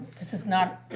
this is not,